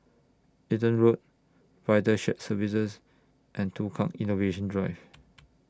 Eaton Walk Vital Shared Services and Tukang Innovation Drive